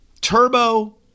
Turbo